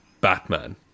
Batman